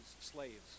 slaves